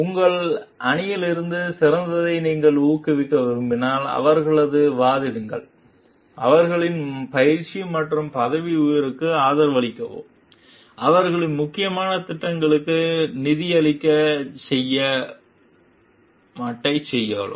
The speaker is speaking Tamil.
உங்கள் அணியிலிருந்து சிறந்ததை நீங்கள் ஊக்குவிக்க விரும்பினால் அவர்களுக்காக வாதிடுங்கள் அவர்களின் பயிற்சி மற்றும் பதவி உயர்வுக்கு ஆதரவளிக்கவும் அவர்களின் முக்கியமான திட்டங்களுக்கு நிதியுதவி செய்ய மட்டைக்குச் செல்லவும்